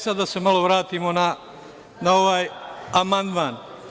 Sad, da se malo vratimo na ovaj amandman.